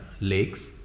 lakes